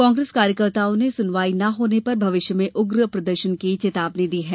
कांग्रेस कार्यकर्ताओं ने सुनवाई न होने पर भविष्य में उग्र प्रदर्शन की चेतावनी दी है